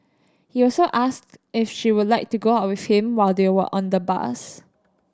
he also asked if she would like to go out with him while they were on the bus